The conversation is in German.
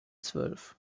zwölf